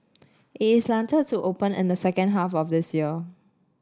it is slated to open and the second half of this year